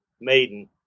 maiden